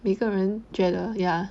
每个人觉得 ya